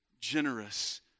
generous